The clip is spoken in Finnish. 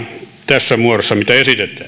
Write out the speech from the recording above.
tässä muodossa mitä esitetään miksi tällä